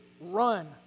Run